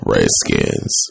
Redskins